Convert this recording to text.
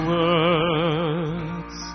words